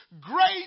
Great